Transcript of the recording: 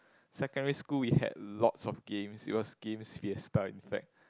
secondary school we had lots of games it was games fiesta in fact